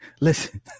listen